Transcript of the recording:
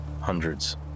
Hundreds